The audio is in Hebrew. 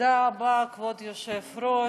תודה רבה, כבוד היושב-ראש,